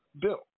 bill